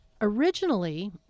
Originally